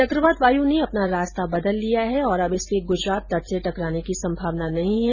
चक्रवात वायु ने अपना रास्ता बदल लिया है और अब इसके गुजरात तट से टकराने की संभावना नहीं है